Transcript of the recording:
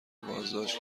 بازداشت